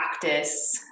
practice